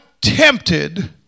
Tempted